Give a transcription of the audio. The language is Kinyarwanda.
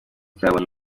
cyabonye